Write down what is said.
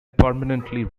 permanently